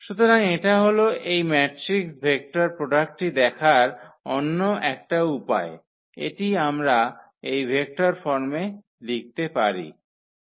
সুতরাং এটা হল এই ম্যাট্রিক্স ভেক্টর প্রোডাক্টটি দেখার অন্য একটা উপায় এটি আমরা এই ভেক্টর ফর্মে লিখতে পারি